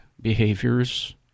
behaviors